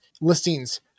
listings